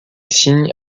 signe